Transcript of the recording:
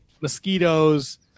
mosquitoes